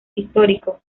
histórico